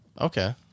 okay